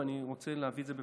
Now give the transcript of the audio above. ואני רוצה להביא אותה בפניך.